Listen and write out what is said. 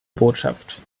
botschaft